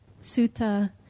Sutta